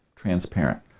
transparent